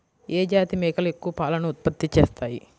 ఏ జాతి మేకలు ఎక్కువ పాలను ఉత్పత్తి చేస్తాయి?